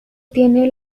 tiene